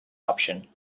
option